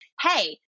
hey